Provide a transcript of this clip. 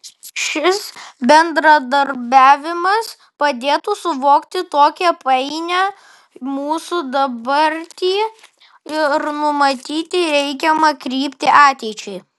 šis bendradarbiavimas padėtų suvokti tokią painią mūsų dabartį ir numatyti reikiamą kryptį ateičiai